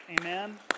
Amen